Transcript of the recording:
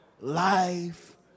life